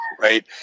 Right